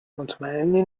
مطمئنی